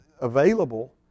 available